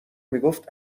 میگفت